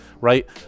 right